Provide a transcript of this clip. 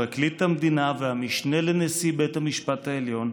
פרקליט המדינה והמשנה לנשיא בית המשפט העליון,